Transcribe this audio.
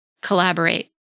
collaborate